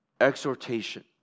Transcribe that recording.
exhortation